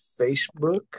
Facebook